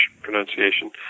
pronunciation